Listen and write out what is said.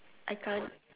I can't